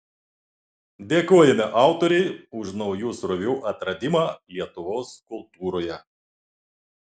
dėkojame autorei už naujų srovių atradimą lietuvos kultūroje